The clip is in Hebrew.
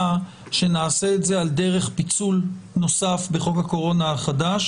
שנעשה את זה על דרך פיצול נוסף בחוק הקורונה החדש,